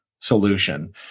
solution